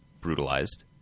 brutalized